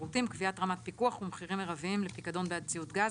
רצינו לעשות תיקון בתשתית?